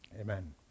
Amen